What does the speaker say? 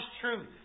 truth